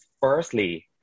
firstly